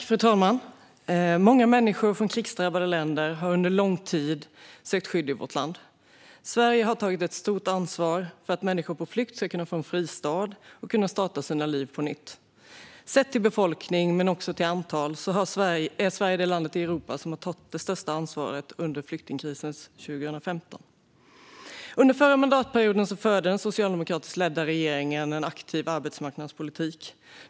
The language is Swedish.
Fru talman! Många människor från krigsdrabbade länder har under lång tid sökt skydd i vårt land. Sverige har tagit ett stort ansvar för att människor på flykt ska kunna få en fristad och starta sina liv på nytt. Sett till befolkning men också i faktiska tal var Sverige det land i Europa som tog det största ansvaret under flyktingkrisens 2015. Under förra mandatperioden förde den socialdemokratiskt ledda regeringen en aktiv arbetsmarknadspolitik.